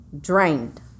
drained